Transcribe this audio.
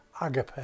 agape